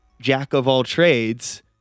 jack-of-all-trades